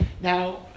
Now